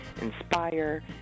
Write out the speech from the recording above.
inspire